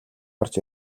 гарч